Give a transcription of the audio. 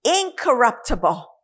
incorruptible